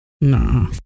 Nah